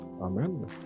amen